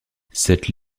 cette